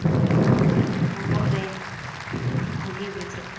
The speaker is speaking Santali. ᱵᱚᱦᱚᱜ ᱨᱮ ᱵᱷᱟᱜᱮ ᱵᱩᱡᱷᱟᱹᱜᱼᱟ